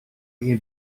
andy